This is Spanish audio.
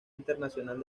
internacional